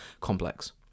complex